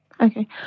Okay